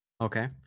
Okay